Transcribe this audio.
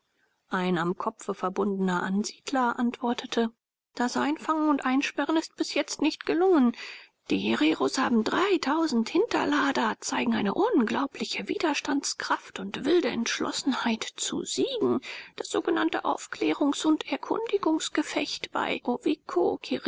ein am kopfe verbundener ansiedler antwortete das einfangen und einsperren ist bis jetzt nicht gelungen die hereros haben dreitausend hinterlader zeigen eine unglaubliche widerstandskraft und wilde entschlossenheit zu siegen das sogenannte aufklärungs und erkundigungsgefecht bei